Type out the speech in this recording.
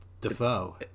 Defoe